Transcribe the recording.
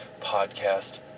podcast